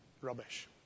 rubbish